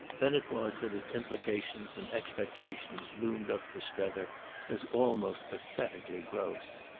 then it was that his implications and expectations loomed up for strether as almost pathetically gross.